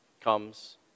comes